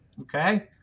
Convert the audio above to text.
Okay